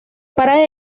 para